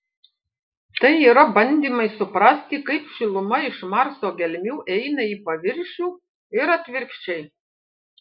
tai yra bandymai suprasti kaip šiluma iš marso gelmių eina į paviršių ir atvirkščiai